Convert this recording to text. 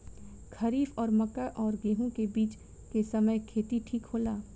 खरीफ और मक्का और गेंहू के बीच के समय खेती ठीक होला?